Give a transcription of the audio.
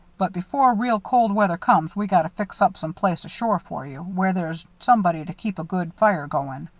but before real cold weather comes we gotta fix up some place ashore for you, where there's somebody to keep a good fire goin'.